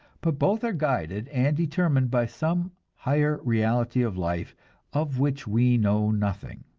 but both are guided and determined by some higher reality of life of which we know nothing.